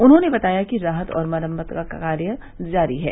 उन्होंने बताया कि राहत और मरम्मत का कार्य जारी है